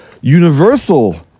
universal